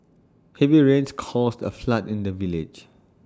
heavy rains caused A flood in the village